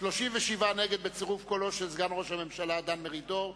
37 נגד, בצירוף קולו של סגן ראש הממשלה דן מרידור,